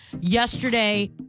yesterday